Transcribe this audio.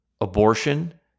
Abortion